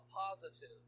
positive